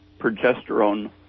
progesterone